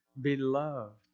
beloved